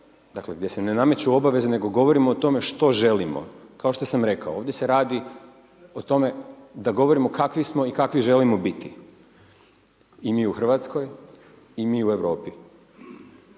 dakle gdje se ne nameću obaveze nego govorimo o tome što želimo, kao što sam rekao, ovdje se radi o tome da govorimo kakvi smo i kakvi želimo biti i mi u Hrvatskoj i mi u Europi.